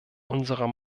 unserer